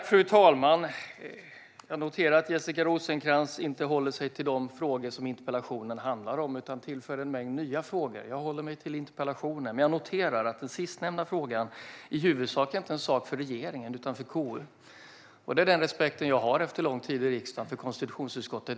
Fru talman! Jag noterar att Jessica Rosencrantz inte håller sig till de frågor som interpellationen handlar om utan tillför en mängd nya frågor. Jag håller mig till interpellationen. Men jag noterar att den sistnämnda frågan i huvudsak inte är en sak för regeringen utan för KU. Jag har efter en lång tid i riksdagen respekt för konstitutionsutskottet.